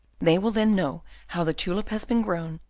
they will then know how the tulip has been grown,